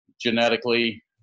genetically